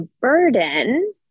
burden